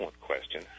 question